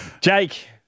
Jake